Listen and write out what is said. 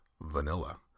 vanilla